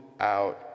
out